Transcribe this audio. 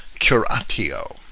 curatio